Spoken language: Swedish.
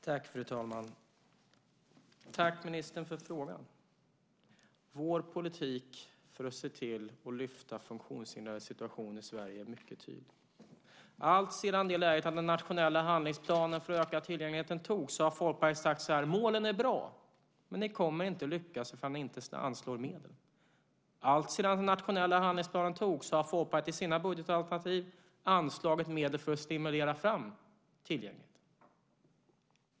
Fru talman! Tack ministern för frågan! Vår politik för att se till att lyfta fram funktionshindrades situation i Sverige är mycket tydlig. Alltsedan den nationella handlingsplanen för ökad tillgänglighet antogs har Folkpartiet sagt att målen är bra, men ni kommer inte att lyckas i fall ni inte anslår medel. Alltsedan den nationella handlingsplanen antogs har Folkpartiet i sina budgetalternativ anslagit medel för att stimulera fram tillgänglighet.